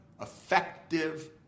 effective